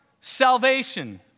salvation